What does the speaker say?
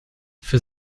für